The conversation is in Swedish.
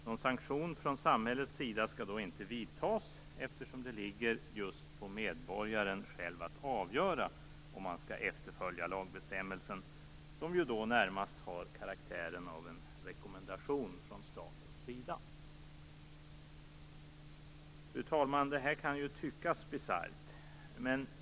Någon sanktion från samhällets sida skall då inte vidtas, eftersom det ligger just på medborgaren själv att avgöra om han skall efterfölja lagbestämmelsen, som närmast har karaktären av en rekommendation från statens sida. Detta kan tyckas bisarrt.